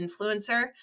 influencer